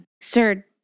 Sir